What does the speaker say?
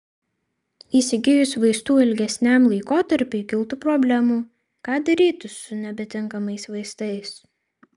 įsigijus vaistų ilgesniam laikotarpiui kiltų problemų ką daryti su nebetinkamais vaistais